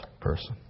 person